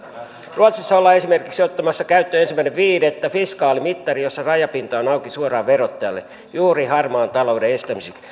ruotsissa ollaan esimerkiksi ottamassa käyttöön ensimmäinen viidettä fiskaali mittari jossa rajapinta on auki suoraan verottajalle juuri harmaan talouden estämiseksi